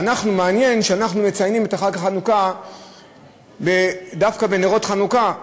ומעניין שאנחנו מציינים את חג החנוכה דווקא בנרות חנוכה,